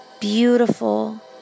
beautiful